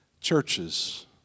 churches